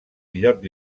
illot